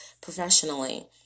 Professionally